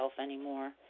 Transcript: anymore